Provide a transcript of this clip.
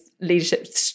leadership